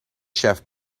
chef